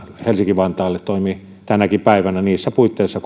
helsinki vantaalle malmin kenttä toimii tänäkin päivänä niissä puitteissa